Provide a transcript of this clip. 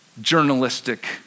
journalistic